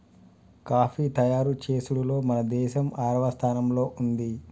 coffee తయారు చేసుడులో మన దేసం ఆరవ స్థానంలో ఉంది